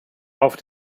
auf